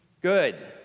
Good